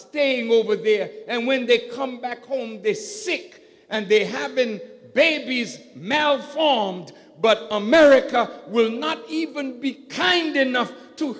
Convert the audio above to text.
staying over there and when they come back home this sick and they have been babies malformed but america will not even be kind enough to